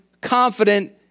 confident